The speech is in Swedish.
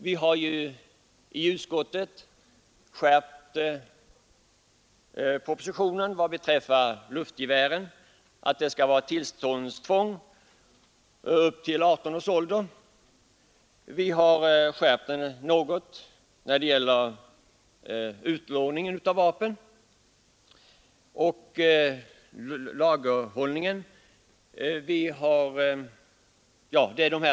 Vi har ju i utskottet skärpt propositionen vad beträffar luftgevären — det skall vara tillståndstvång upp till 18 års ålder — och vi har skärpt den något när det gäller utlåning av vapen och lagerhållning.